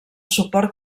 suport